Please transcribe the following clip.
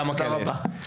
תודה רבה.